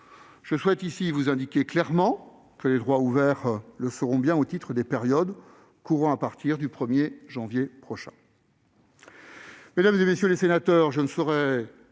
au plus vite. Je vous l'indique clairement : les droits ouverts le seront bien au titre des périodes courant à partir du 1 janvier prochain.